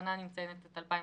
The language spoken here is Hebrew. אני מציינת בכוונה את 2015,